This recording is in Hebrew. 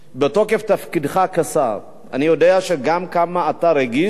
בתוקף תפקידך כשר, אני יודע גם כמה אתה רגיש,